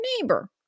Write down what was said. neighbor